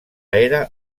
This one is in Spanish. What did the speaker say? era